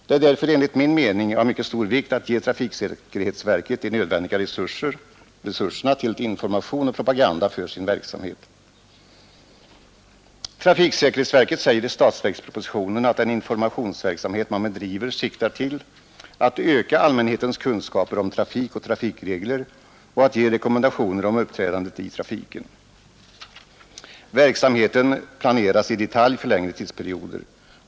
Det är därför enligt min mening av mycket stor vikt att ge trafiksäkerhetsverket de nödvändiga resurserna till information och propaganda för dess verksamhet. Trafiksäkerhetsverket anför, enligt vad som refereras i statsverkspropositionen, att den informationsverksamhet man bedriver siktar till att öka allmänhetens kunskaper om trafik och trafikregler och att ge rekommendationer om uppträdandet i trafiken. Verksamheten planeras i detalj för längre tidsperioder.